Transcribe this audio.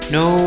no